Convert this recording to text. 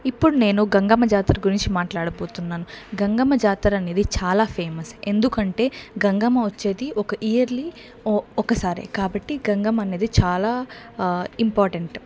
ఇప్పుడు నేను గంగమ్మ జాతర గురించి మాట్లాడబోతున్నాను గంగమ్మ జాతర అనేది చాలా ఫేమస్ ఎందుకంటే గంగమ్మ వచ్చేది ఒక ఇయర్లీ ఒకసారే కాబట్టి గంగమ్మ అనేది చాలా ఇంపార్టెంట్